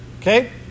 Okay